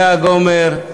לאה גופר,